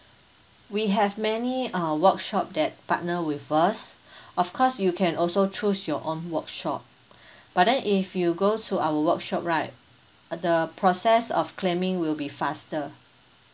we have many uh workshop that partner with us of course you can also choose your own workshop but then if you go to our workshop right the process of claiming will be faster